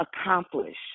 accomplish